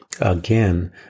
Again